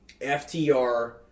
FTR